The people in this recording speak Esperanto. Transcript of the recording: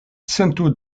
cento